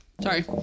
Sorry